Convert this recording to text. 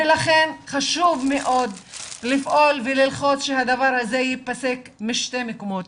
לכן חשוב מאוד לפעול וללחוץ שהדבר הזה ייפסק משני מקומות.